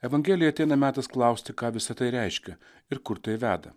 evangelijai ateina metas klausti ką visa tai reiškia ir kur tai veda